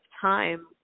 time